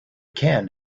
can